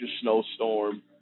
snowstorm